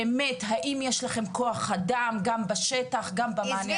האם יש לכם כוח אדם גם בשטח וגם במענה הטלפוני?